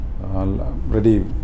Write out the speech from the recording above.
ready